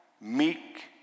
meek